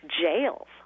jails